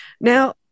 Now-